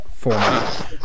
Format